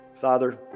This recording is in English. Father